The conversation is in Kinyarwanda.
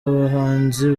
abahanzi